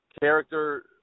character